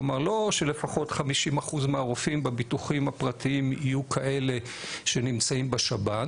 כלומר לא שלפחות 50% מהרופאים בביטוחים הפרטיים יהיו כאלה שנמצאים בשב"ן